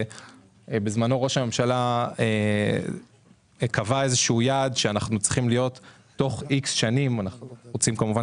בזמנו ראש הממשלה קבע שאנחנו צריכים להיות בתוך x שנים בין